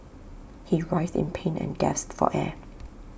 he writhed in pain and gasped for air